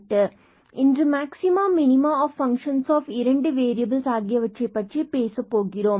மற்றும் இன்று maxima minima of function of இரண்டு வேறியபில்ஸ் ஆகியவற்றைப் பற்றி பேச போகிறோம்